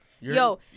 Yo